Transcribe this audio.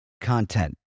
content